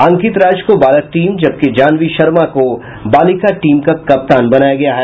अंकित राज को बालक टीम जबकि जहान्वी शर्मा को बालिका टीम का कप्तान बनाया गया है